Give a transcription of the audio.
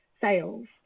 sales